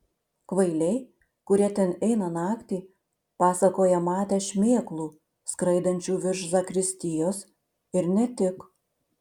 kvailiai kurie ten eina naktį pasakoja matę šmėklų skraidančių virš zakristijos ir ne tik